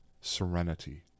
serenity